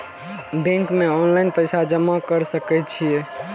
Bank में online पैसा जमा कर सके छीये?